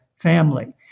family